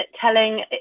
telling